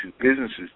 businesses